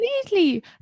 completely